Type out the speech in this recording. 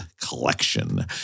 collection